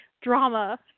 Drama